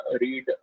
read